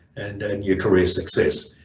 and your career success.